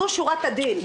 זו שורת הדין,